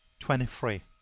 twenty four.